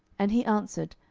and he answered,